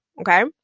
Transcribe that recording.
okay